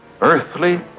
Earthly